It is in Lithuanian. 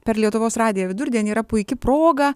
per lietuvos radiją vidurdienį yra puiki proga